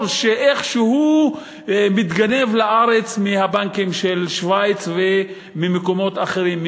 שאיכשהו מתגנב לארץ מהבנקים של שווייץ וממקומות אחרים,